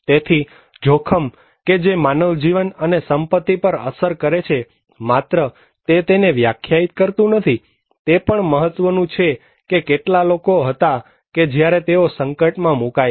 તેથી જોખમ કે જે માનવ જીવન અને સંપત્તિ પર અસર કરે છે માત્ર તે તેને વ્યાખ્યાયીત કરતું નથીતે પણ મહત્વનું છે કે તેઓ કેટલા લોકો હતા કે જ્યારે તેઓ સંકટમાં મુકાયા